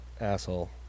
asshole